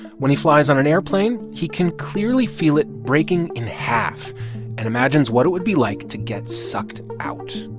when he flies on an airplane, he can clearly feel it breaking in half and imagines what it would be like to get sucked out